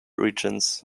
regions